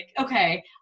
okay